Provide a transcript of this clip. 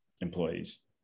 employees